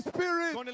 Spirit